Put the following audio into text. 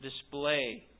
display